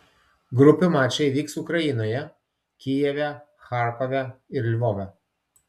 grupių mačai vyks ukrainoje kijeve charkove ir lvove